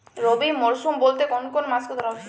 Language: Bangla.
রবি মরশুম বলতে কোন কোন মাসকে ধরা হয়?